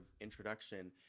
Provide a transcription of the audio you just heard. introduction